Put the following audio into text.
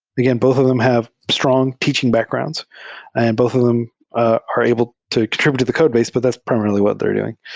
again, both of them have strong teaching backgrounds and both of them ah are able to contr ibute to the codebase, but that's primarily what they're doing.